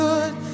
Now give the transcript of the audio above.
Good